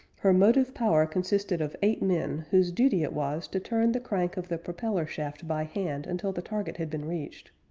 her motive power consisted of eight men whose duty it was to turn the crank of the propeller shaft by hand until the target had been reached.